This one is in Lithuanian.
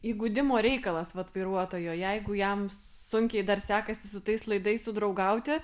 įgudimo reikalas vat vairuotojo jeigu jam sunkiai dar sekasi su tais laidais draugauti